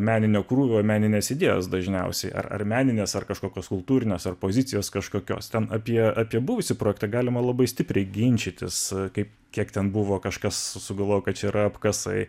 meninio krūvio meninės idėjos dažniausiai ar meninės ar kažkokios kultūrinės ar pozicijos kažkokios ten apie apie buvusį projektą galima labai stipriai ginčytis kaip kiek ten buvo kažkas sugalvojo kad čia yra apkasai